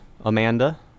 Amanda